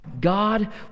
God